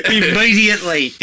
immediately